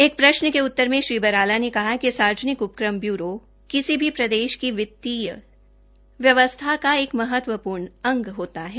एक प्रश्न के उत्तर में श्री बराला ने कहा कि सार्वजनिक उपक्रम ब्यूरो किसी भी प्रदेश की वित्तीय व्यवस्था का एक महत्वपूर्ण अंग होता है